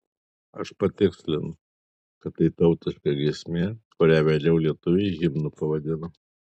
aš patikslinu kad tai tautiška giesmė kurią vėliau lietuviai himnu pavadino